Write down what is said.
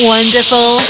Wonderful